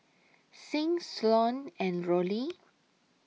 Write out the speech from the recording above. Sing Sloane and Rollie